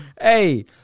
hey